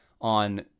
on